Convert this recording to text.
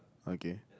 okay